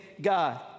God